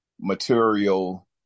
material